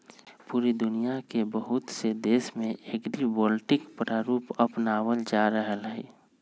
पूरा दुनिया के बहुत से देश में एग्रिवोल्टिक प्रारूप अपनावल जा रहले है